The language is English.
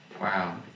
Wow